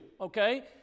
okay